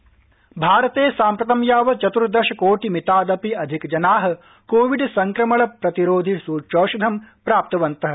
सूच्यौषधीकरण भारते साम्प्रतं यावत् चतुर्दश कोटिमितादपि अधिकजनाः कोविड संक्रमण प्रतिरोधि सूच्यौषधं प्राप्तवन्तः